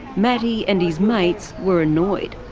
matty and his mates were annoyed.